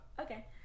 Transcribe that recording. Okay